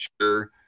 sure